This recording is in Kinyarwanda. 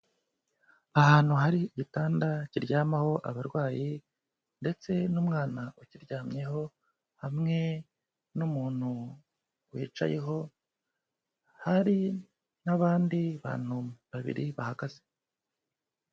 Ahantu hari igitanda kiryamaho abarwayi ndetse n'umwana ukiryamyeho, hamwe n'umuntu wicayeho, hari n'abandi bantu babiri bahagaze.